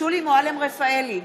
שולי מועלם-רפאלי,